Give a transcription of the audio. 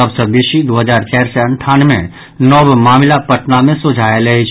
सभ सँ बेसी दू हजार चारि सय अंठानवे नव मामिला पटना मे सोझा आयल अछि